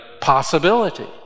possibility